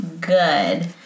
good